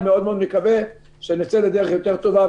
אני מאוד מאוד מקווה שנצא לדרך יותר טובה.